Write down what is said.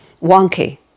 wonky